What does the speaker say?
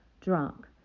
drunk